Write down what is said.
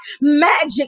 magic